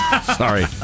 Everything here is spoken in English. Sorry